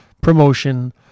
promotion